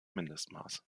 mindestmaß